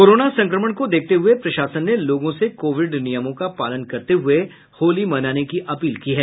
corona संक्रमण को देखते हुये प्रशासन ने लोगों से कोविड नियमों का पालन करते हये होली मनाने की अपील की है